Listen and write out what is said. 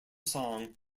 song